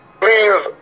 please